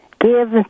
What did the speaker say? give